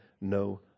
no